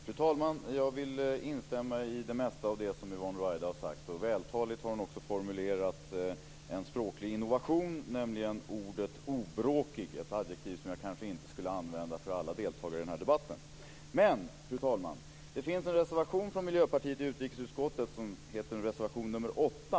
Fru talman! Jag vill instämma i det mesta av det som Yvonne Ruwaida har sagt. Hon har också vältaligt formulerat en språklig innovation, nämligen ordet "obråkig", ett adjektiv som jag kanske inte skulle använda för alla deltagare i den här debatten. Fru talman! Det finns en reservation från Miljöpartiet i utrikesutskottet som heter reservation nr 8.